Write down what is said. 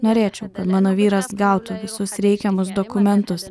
norėčiau kad mano vyras gautų visus reikiamus dokumentus